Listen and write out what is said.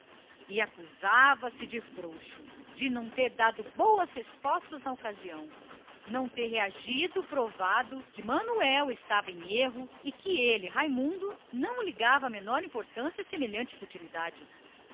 e acusava-se de frouxo de não ter dado boas respostas na ocasião não ter reagido com espírito forte e provado que manuel estava em erro e que ele raimundo não ligava a mínima importância a semelhante futilidade